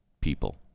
people